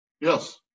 Yes